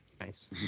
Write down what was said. nice